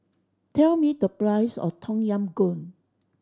tell me the price of Tom Yam Goong